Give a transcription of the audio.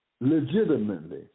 Legitimately